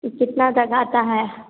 तो कितना तक आता है